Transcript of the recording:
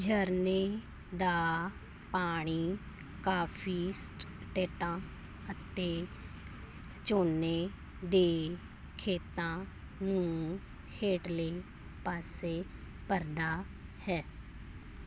ਝਰਨੇ ਦਾ ਪਾਣੀ ਕਾਫੀ ਸਟੇਟਾਂ ਅਤੇ ਝੋਨੇ ਦੇ ਖੇਤਾਂ ਨੂੰ ਹੇਠਲੇ ਪਾਸੇ ਭਰਦਾ ਹੈ